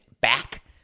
back